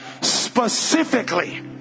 specifically